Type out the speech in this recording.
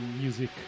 music